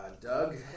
Doug